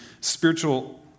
spiritual